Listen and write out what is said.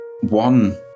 one